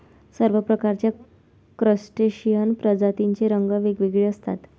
सर्व प्रकारच्या क्रस्टेशियन प्रजातींचे रंग वेगवेगळे असतात